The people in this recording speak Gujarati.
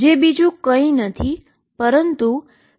જે કંઈ નથી પરંતુ p22mp છે